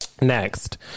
Next